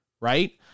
right